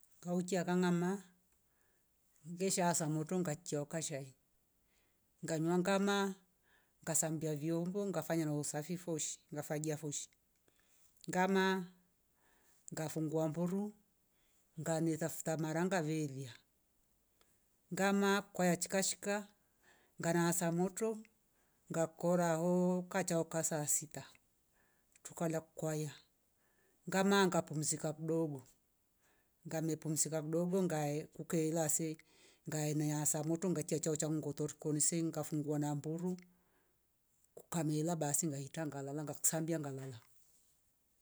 Ngaukia kangama ngashaasa motro ngakia ho kashai ngasambia fibakuri ngaheiya foshi ngamaa ngahareuva mburu ngane sengetra mara ngavelia ngamaa ngane sengetra cha kwaya nganeasa motro ngakora. trukalya ngamaa ngahuma haafa ngamaa nganekia chao cha ngoto rikoni se ngaharawa na mburu ngakusambia ngalya cha kio ngahitra ngalala.